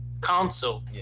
council